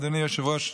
אדוני היושב-ראש,